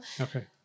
Okay